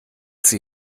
sie